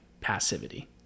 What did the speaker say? passivity